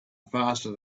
faster